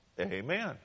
Amen